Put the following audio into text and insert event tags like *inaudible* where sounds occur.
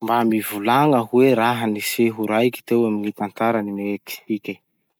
Mba mivolagna hoe raha-niseho raiky teo amy gny tantaran'i Meksiky? *noise*